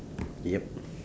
yup